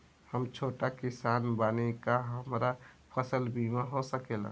हम छोट किसान बानी का हमरा फसल बीमा हो सकेला?